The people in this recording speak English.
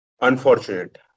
unfortunate